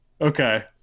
okay